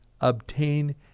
obtain